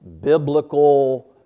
biblical